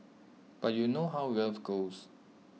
but you know how love goes